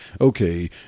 okay